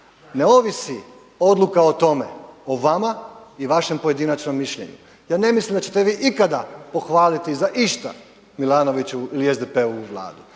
ne ovisi odluka o tome o vama i vašem pojedinačnom mišljenju. Ja ne mislim da ćete vi ikada pohvaliti za išta Milanovićevu ili SDP-ovu vladu.